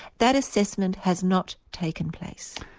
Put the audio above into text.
that assessment has not taken place.